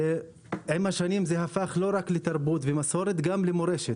שעם השנים זה הפך לא רק לתרבות ומסורת אלא גם למורשת,